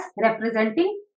representing